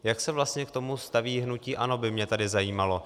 Jak se vlastně k tomu staví hnutí ANO, by mě tedy zajímalo.